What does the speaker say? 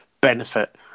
benefit